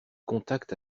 contact